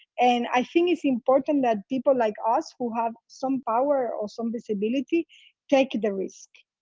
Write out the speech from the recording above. and i think it's important that people like us who have some power or some visibility take the risk.